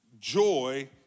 joy